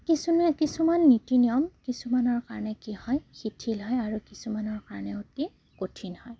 কিছুমানে কিছুমান নীতি নিয়ম কিছুমানৰ কাৰণে কি হয় শিথিল হয় আৰু কিছুমানৰ কাৰণে অতি কঠিন হয়